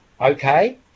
okay